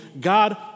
God